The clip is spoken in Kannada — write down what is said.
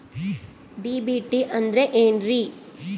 ಡಿ.ಬಿ.ಟಿ ಅಂದ್ರ ಏನ್ರಿ?